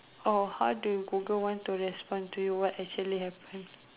oh how do you Google want to respond to you what actually happen